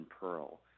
Pearl